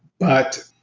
but,